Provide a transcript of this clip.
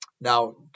Now